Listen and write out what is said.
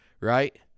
Right